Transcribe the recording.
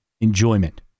enjoyment